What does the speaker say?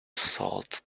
salt